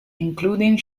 including